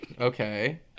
Okay